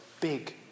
big